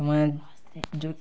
ମେଁ ଯେଉଁ